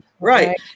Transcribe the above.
right